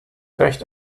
recht